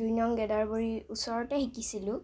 দুই নং গেদাৰবৰীৰ ওচৰতে শিকিছিলোঁ